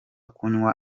kunywa